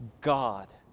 God